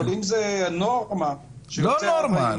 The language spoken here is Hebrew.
אבל אם זה הנורמה --- לא נורמה,